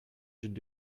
should